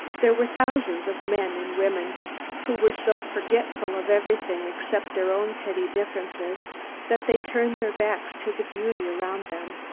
there were thousands of men and women who were so forgetful of everything except their own petty differences that they turned their backs to the beauty around them,